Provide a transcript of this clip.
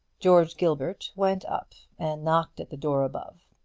george gilbert went up, and knocked at the door above.